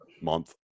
month